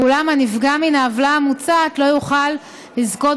אולם הנפגע מן העוולה המוצעת לא יוכל לזכות